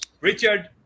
Richard